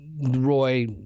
Roy